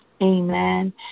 amen